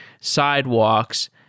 sidewalks